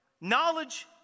knowledge